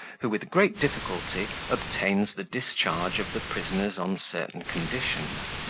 who, with great difficulty, obtains the discharge of the prisoners on certain conditions.